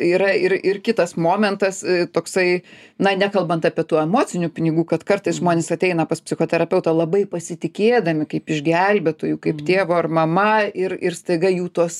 yra ir ir kitas momentas toksai na nekalbant apie tų emocinių pinigų kad kartais žmonės ateina pas psichoterapeutą labai pasitikėdami kaip išgelbėtoju kaip tėvu ar mama ir ir staiga jų tos